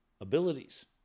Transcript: abilities